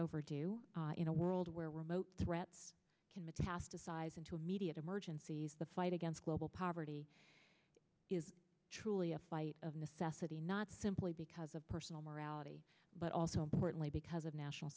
overdue you know world where remote threat can metastasize into a mediate emergencies the fight against global poverty is truly a fight of necessity not simply because of personal morality but also importantly because of national